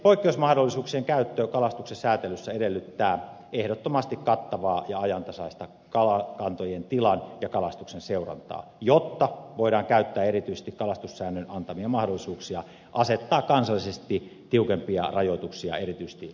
poikkeusmahdollisuuksien käyttö kalastuksen säätelyssä edellyttää ehdottomasti kattavaa ja ajantasaista kalakantojen tilan ja kalastuksen seurantaa jotta voidaan käyttää erityisesti kalastussäännön antamia mahdollisuuksia asettaa kansallisesti tiukempia rajoituksia erityisesti lohen pyynnille